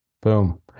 Boom